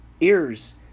ears